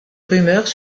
rumeurs